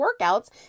workouts